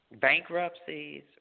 bankruptcies